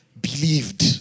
believed